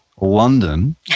London